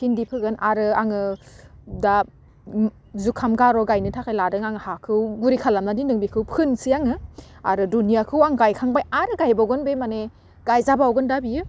भिन्दि फोगोन आरो आङो दाब ओम जुखाम गार' गायनो थाखाय लादों आं हाखौ गुरै खालामना दोनदों बिखौ फोनसै आङो आरो दुनियाखौ आं गायखांबाय आरो गायबावगोन बे माने गायजाबावगोन दा बियो